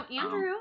Andrew